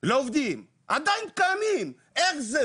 לעובדים, עדיין קיימים, איך זה?